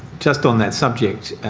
just on that subject,